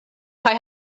kaj